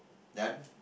done